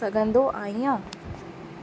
सघंदो आहियां